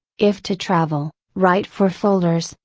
if to travel, write for folders,